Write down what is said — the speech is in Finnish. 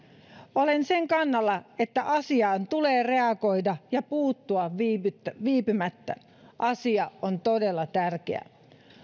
olen sen kannalla että asiaan tulee reagoida ja puuttua viipymättä viipymättä asia on todella tärkeä